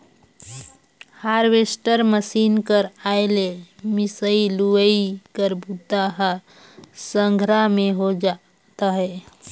harvester machine कर आए ले मिंसई, लुवई कर बूता ह संघरा में हो जात अहे